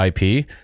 IP